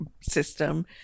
system